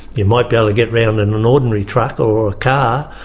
you might be able to get round and an ordinary truck or a car,